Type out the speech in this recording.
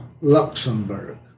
Luxembourg